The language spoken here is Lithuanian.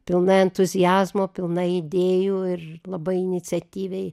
pilna entuziazmo pilna idėjų ir labai iniciatyviai